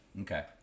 Okay